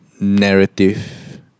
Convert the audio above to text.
Narrative